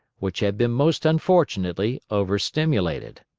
which had been most unfortunately overstimulated.